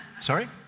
Sorry